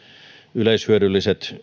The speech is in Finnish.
yleishyödyllisten